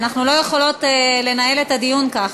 אנחנו לא יכולות לנהל את הדיון כך.